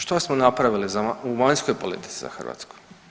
Što smo napravili u vanjskoj politici za Hrvatsku?